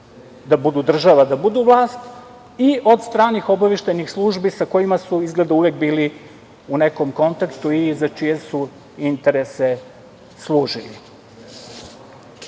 da budu država, da budu vlast i od stranih obaveštajnih službi sa kojima su izgleda uvek bili u nekom kontaktu i za čije su interese služili. Na